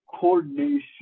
coordination